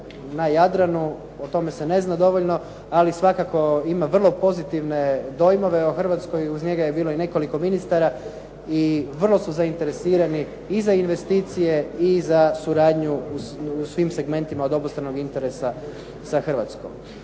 na Jadranu, o tome se ne zna dovoljno, ali svakako ima vrlo pozitivne dojmove o Hrvatskoj i uz njega je bilo i nekoliko ministara i vrlo su zainteresirani i za investicije i za suradnju u svim segmentima od obostranog interesa sa Hrvatskom.